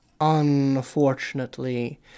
Unfortunately